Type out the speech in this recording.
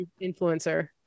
influencer